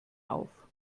auf